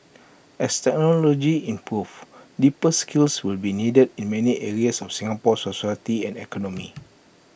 as technology improves deeper skills will be needed in many areas of Singapore's society and economy